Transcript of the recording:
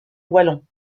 wallons